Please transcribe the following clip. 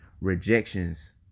rejections